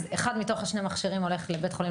אז אחד מתוך שני המכשירים הולך לבית חולים